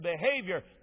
behavior